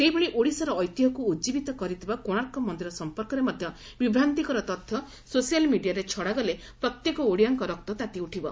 ସେହିଭଳି ଓଡ଼ିଶାର ଐତିହ୍ୟକୁ ଉଜୀବିତ କରିଥିବା କୋଶାର୍କ ମନ୍ଦିର ସଂପର୍କରେ ମଧ୍ଧ ବିଭ୍ରାନ୍ତିକର ତଥ୍ୟ ସୋସିଆଲ୍ ମିଡ଼ିଆରେ ଛଡ଼ାଗଲେ ପ୍ରତ୍ୟେକ ଓଡ଼ିଆଙ୍କ ରକ୍ତ ତାତିଉଠିବ